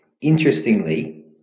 Interestingly